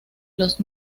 los